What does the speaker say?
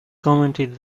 commented